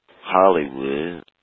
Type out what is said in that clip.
Hollywood